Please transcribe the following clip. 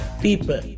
people